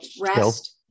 rest